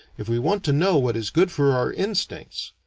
if we want to know what is good for our instincts,